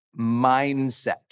mindset